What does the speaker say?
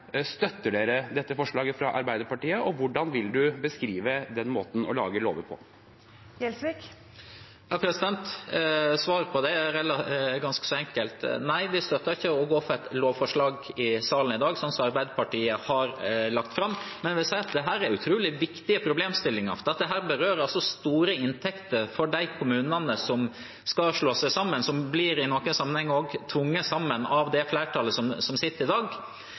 Støtter Senterpartiet dette forslaget fra Arbeiderpartiet, og hvordan vil de beskrive den måten å lage lover på? Svaret på det er ganske enkelt: Nei, vi støtter ikke noe lovforslag i salen i dag, som det Arbeiderpartiet har lagt fram. Men dette er utrolig viktige problemstillinger, for det berører store inntekter for de kommunene som skal slå seg sammen, og som i noen sammenhenger blir tvunget sammen av det flertallet som sitter i dag.